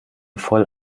voll